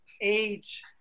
age